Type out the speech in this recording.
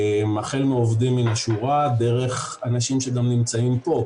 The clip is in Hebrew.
החל מעובדים מן השורה, דרך אנשים שנמצאים פה.